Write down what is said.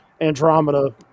Andromeda